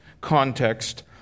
context